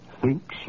thinks